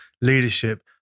leadership